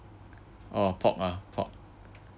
oh pork ah pork